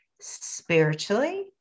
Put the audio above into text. spiritually